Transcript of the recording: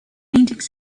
paintings